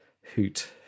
hoot